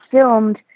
Filmed